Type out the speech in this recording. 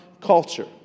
Culture